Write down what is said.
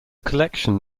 collection